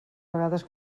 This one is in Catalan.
vegades